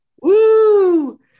Woo